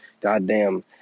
Goddamn